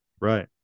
right